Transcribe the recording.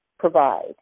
provide